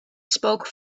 spoke